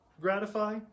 gratify